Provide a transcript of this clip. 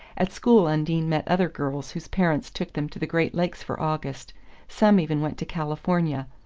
at school undine met other girls whose parents took them to the great lakes for august some even went to california,